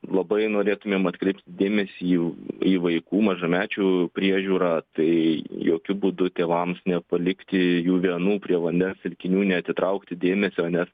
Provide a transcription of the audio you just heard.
labai norėtumėm atkreipti dėmesį į vaikų mažamečių priežiūrą tai jokiu būdu tėvams nepalikti jų vienų prie vandens telkinių neatitraukti dėmesio nes